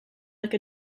like